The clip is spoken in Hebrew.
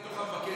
דוח המבקר.